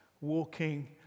walking